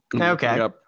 okay